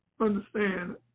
understand